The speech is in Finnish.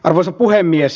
arvoisa puhemies